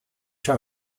战俘